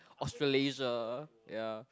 Australasia ya